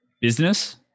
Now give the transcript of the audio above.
business